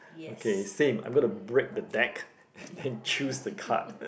okay same I'm gonna break the deck and choose the card